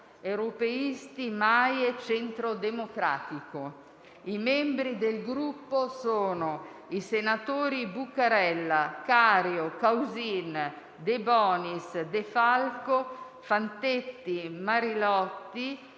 "Europeisti-MAIE-Centro Democratico"». I membri del Gruppo sono i senatori Buccarella, Cario, Causin, De Bonis, De Falco, Fantetti, Marilotti,